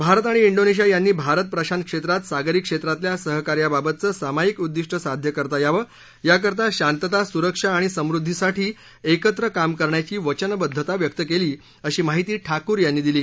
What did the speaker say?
भारत आणि इंडोनेशिया यांनी भारत प्रशांत क्षेत्रात सागरी क्षेत्रातल्या सहकार्याबाबतचं सामाईक उद्दिष्ट साध्य करता यावं याकरता शांतता स्रक्षा आणि समृद्धीसाठी एकत्र काम करण्याची वचनबद्धता व्यक्त केली अशी माहिती ठाकूर यांनी दिली